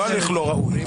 לא הליך לא ראוי.